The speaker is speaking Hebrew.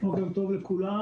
בוקר טוב לכולם.